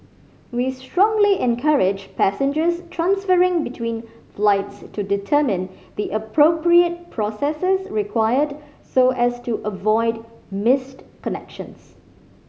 we strongly encourage passengers transferring between flights to determine the appropriate processes required so as to avoid missed connections